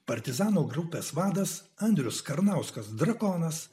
partizanų grupės vadas andrius karnauskas drakonas